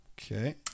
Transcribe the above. Okay